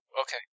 Okay